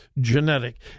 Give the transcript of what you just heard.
genetic